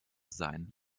sein